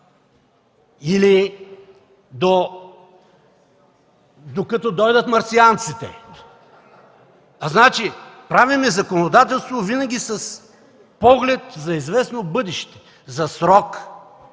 или докато дойдат марсианци?! Значи, правим законодателство винаги с поглед за известно бъдеще, за срок,